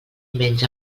menys